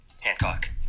Hancock